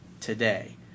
today